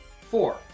Four